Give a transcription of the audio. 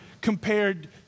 compared